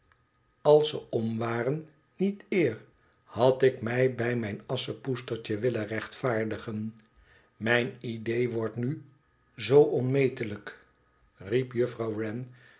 als ze om waren niet eer had ik mij bij mijn asschepoetstertje willen rechtvaardigen mijn idéé wordt nu zoo onmetelijk riep juffrouw